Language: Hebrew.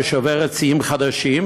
ששוברת שיאים חדשים,